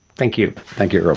thank you. thank you